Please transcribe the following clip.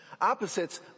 opposites